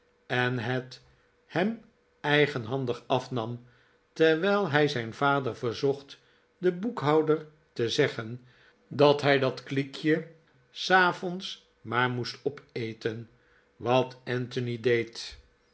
en het hem eigenhandig afnam terwijl hij zijn vader verzocht den boekhouder te zeggen dat hij dat kliekje s avonds maar moest opeten wat anthony deed